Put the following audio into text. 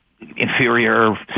inferior